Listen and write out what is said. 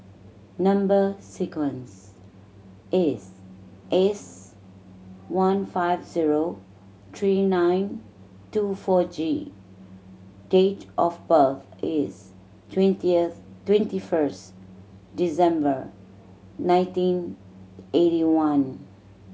number sequence is S one five zero three nine two four G date of birth is twentieth twenty first December nineteen eighty one